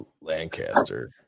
Lancaster